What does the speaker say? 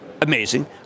Amazing